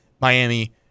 Miami